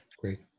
great